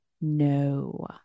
no